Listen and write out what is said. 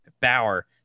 Bauer